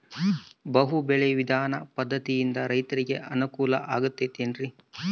ಬಹು ಬೆಳೆ ವಿಧಾನ ಪದ್ಧತಿಯಿಂದ ರೈತರಿಗೆ ಅನುಕೂಲ ಆಗತೈತೇನ್ರಿ?